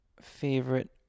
favorite